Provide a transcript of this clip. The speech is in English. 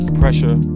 pressure